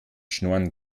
schnorren